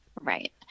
right